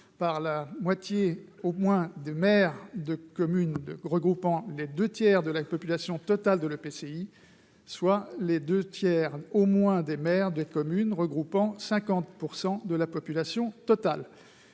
par la moitié au moins des maires de communes regroupant les deux tiers de la population totale de l'EPCI, soit par les deux tiers au moins des maires des communes regroupant 50 % de la population totale.